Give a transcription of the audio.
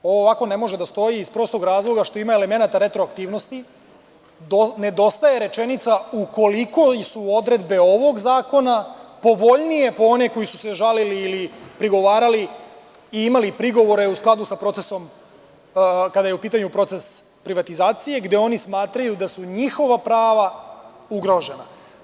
Ovo ovako ne može da stoji, iz prostog razloga što ima elemenata retroaktivnosti, nedostaje rečenica – ukoliko su odredbe ovog zakona povoljnije po one koji su se žalili ili prigovarali i imali prigovore u skladu sa procesom, kada je u pitanju proces privatizacije, gde oni smatraju da su njihova prava ugrožena.